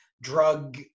drug